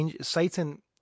satan